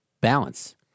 balance